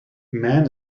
man